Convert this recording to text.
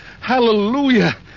Hallelujah